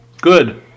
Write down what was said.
Good